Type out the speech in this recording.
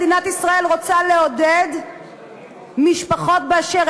האם מדינת ישראל רוצה לעודד משפחות באשר